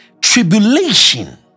tribulation